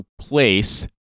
place